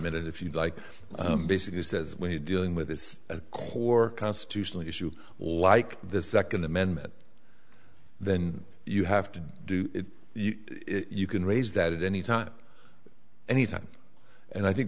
minute if you like basically says when he dealing with this core constitutional issue like the second amendment then you have to do it you can raise that at any time anything and i think